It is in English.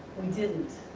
we didn't,